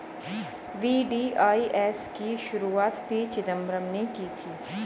VDIS की शुरुआत P Chidambaram ने की थी